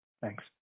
thanks